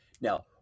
Now